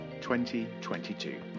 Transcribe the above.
2022